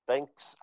Thanks